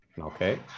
Okay